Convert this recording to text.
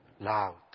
loud